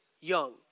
young